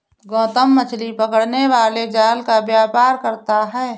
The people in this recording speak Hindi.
गौतम मछली पकड़ने वाले जाल का व्यापार करता है